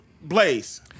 Blaze